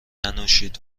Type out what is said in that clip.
ننوشید